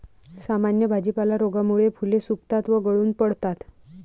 सामान्य भाजीपाला रोगामुळे फुले सुकतात व गळून पडतात